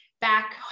back